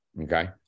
Okay